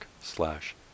slash